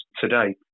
today